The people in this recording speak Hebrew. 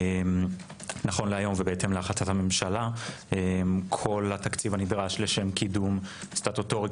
נכון להיום ובהתאם להחלטת הממשלה כל התקציב הנדרש לשם סטטוטוריקה,